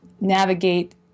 navigate